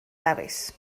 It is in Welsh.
dafis